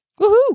Woohoo